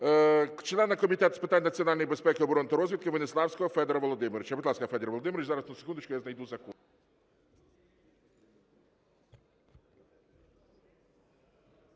члена Комітету з питань національної безпеки, оборони та розвідки Веніславського Федора Володимировича.